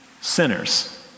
sinners